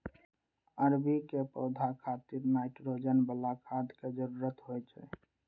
अरबी के पौधा खातिर नाइट्रोजन बला खाद के जरूरत होइ छै